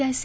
IC